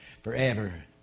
forever